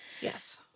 Yes